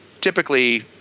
typically